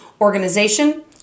organization